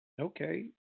Okay